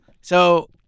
So-